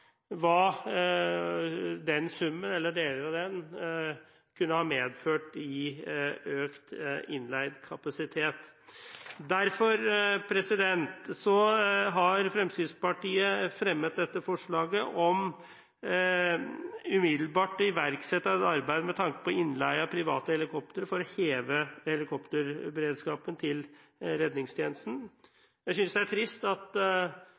den summen, eller deler av den, kunne ha medført i økt innleid kapasitet. Derfor har Fremskrittspartiet fremmet dette forslaget om umiddelbart å iverksette et arbeid med tanke på innleie av private helikoptre for å heve helikopterberedskapen til redningstjenesten. Jeg synes det er trist at